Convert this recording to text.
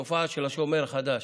השומר החדש.